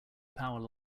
power